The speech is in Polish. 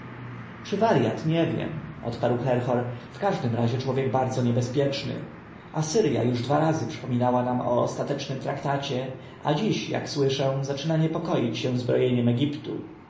czy warjat nie wiem odparł herhor w każdym razie człowiek bardzo niebezpieczny asyrją już dwa razy przypominała nam o ostatecznym traktacie a dziś jak słyszę zaczyna niepokoić się zbrojeniem egiptu